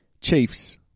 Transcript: Chiefs